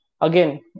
again